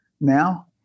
now